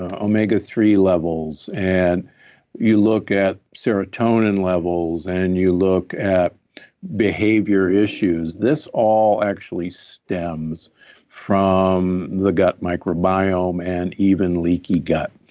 omega three levels and you look at serotonin levels and you look at behavior issues, this all actually stems from the gut microbiome and even leaky gut.